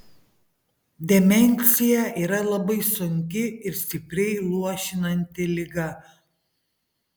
demencija yra labai sunki ir stipriai luošinanti liga